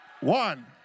one